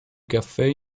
caffè